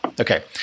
Okay